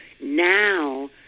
now